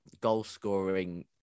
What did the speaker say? goal-scoring